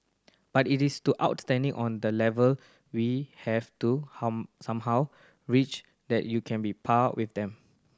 but it is to outstanding on that level we have to somehow reach that you can be par with them